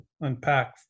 unpack